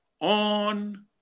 on